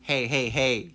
!hey! !hey! !hey!